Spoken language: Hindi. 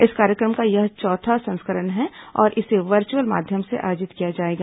इस कार्यक्रम का यह चौथा संस्करण है और इसे वर्चुअल माध्यम से आयोजित किया जाएगा